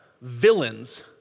villains